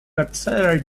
accelerate